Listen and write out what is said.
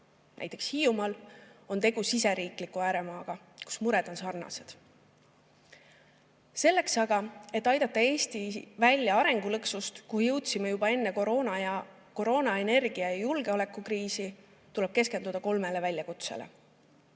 näiteks Hiiumaal, on tegu siseriikliku ääremaaga, kus mured on sarnased. Aga selleks, et aidata Eesti välja arengulõksust, kuhu jõudsime juba enne koroona‑, energia‑ ja julgeolekukriisi, tuleb keskenduda kolmele väljakutsele. Esiteks,